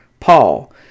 Paul